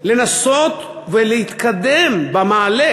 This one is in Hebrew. לנסות ולהתקדם במעלה,